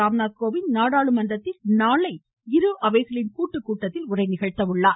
ராம்நாத் கோவிந்த் நாடாளுமன்றத்தில் நாளை இரு அவைகளின் கூட்டுக்கூட்டத்தில் உரை நிகழ்த்துகிறார்